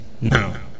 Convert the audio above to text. now